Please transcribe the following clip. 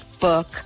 book